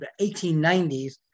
1890s